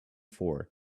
four